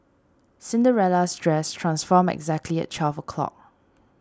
Cinderella's dress transformed exactly at twelve o'clock